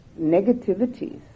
negativities